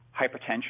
hypertension